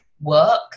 Work